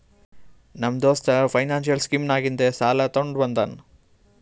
ನಮ್ಮ ದೋಸ್ತ financial scheme ನಾಗಿಂದೆ ಸಾಲ ತೊಂಡ ಬಂದಾನ್